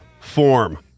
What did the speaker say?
form